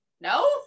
no